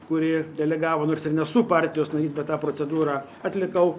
kuri delegavo nors ir nesu partijos narys tą procedūrą atlikau